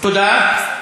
תודה.